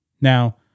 Now